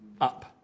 up